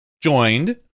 joined